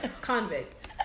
Convicts